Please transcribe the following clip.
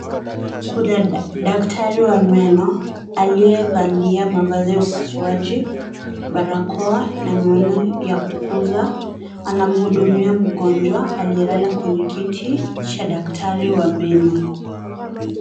Kuna daktari wa meno, aliyevalia mavazi ya upasuaji, barakoa na miwani ya kukuza. Anamhudumia mgonjwa, aliyelala kwenye kiti cha daktari wa meno.